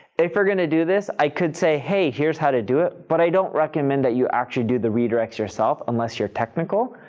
if you're going to do this, i could say, hey, here's how to do it, but i don't recommend that you actually do the redirects yourself unless you're technical.